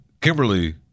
Kimberly